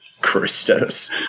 Christos